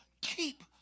keep